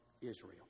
Israel